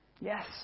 Yes